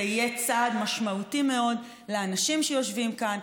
זה יהיה צעד משמעותי מאוד לאנשים שיושבים כאן,